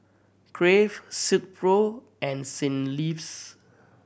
Crave Silkpro and Saint Lves